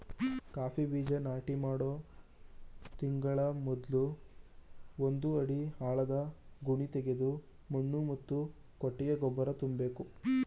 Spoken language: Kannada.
ಕಾಫಿ ಬೀಜ ನಾಟಿ ಮಾಡೋ ತಿಂಗಳ ಮೊದ್ಲು ಒಂದು ಅಡಿ ಆಳದ ಗುಣಿತೆಗೆದು ಮಣ್ಣು ಮತ್ತು ಕೊಟ್ಟಿಗೆ ಗೊಬ್ಬರ ತುಂಬ್ಬೇಕು